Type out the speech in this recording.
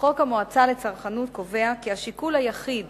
חוק המועצה לצרכנות קובע כי השיקול היחיד